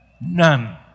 None